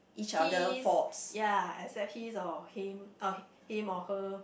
his ya I said his or him uh him or her